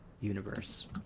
universe